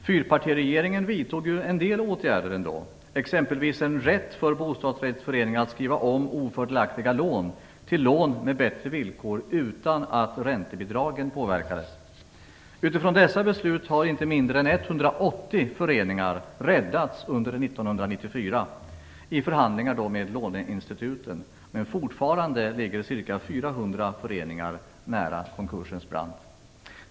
Fyrpartiregeringen vidtog en del åtgärder, exempelvis en rätt för bostadsrättsföreningar att skriva om ofördelaktiga lån till lån med bättre villkor utan att räntebidragen påverkades. Utifrån dessa beslut har inte mindre än 180 föreningar räddats under 1994 i förhandlingar med låneinstituten, men fortfarande ligger ca 400 föreningar nära konkursens brant.